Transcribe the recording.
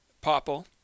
popple